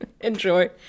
Enjoy